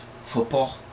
football